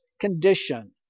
condition